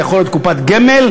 זה יכול להיות קופת גמל,